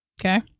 Okay